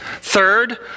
Third